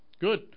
Good